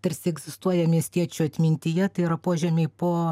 tarsi egzistuoja miestiečių atmintyje tai yra požemiai po